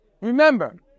Remember